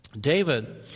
David